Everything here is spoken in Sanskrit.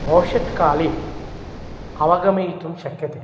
भविष्यत् काले अवगमयितुं शक्यते